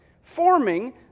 forming